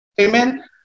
amen